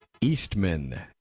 Eastman